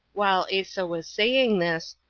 while asa was saying this,